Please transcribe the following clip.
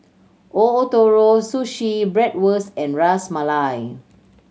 Ootoro Sushi Bratwurst and Ras Malai